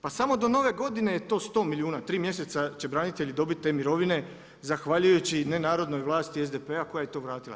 Pa samo do nove godine je to 100 milijuna, 3 mjeseca će branitelji dobiti te mirovine zahvaljujući ne narodnoj vlasti SDP-a koja je to vratila.